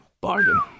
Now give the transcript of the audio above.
bargain